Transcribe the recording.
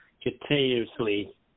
continuously